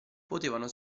potevano